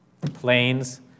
planes